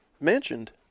mentioned